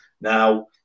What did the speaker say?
Now